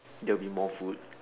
that'll be more food